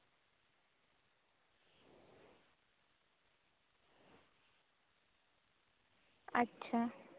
ᱟᱪᱪᱷᱟ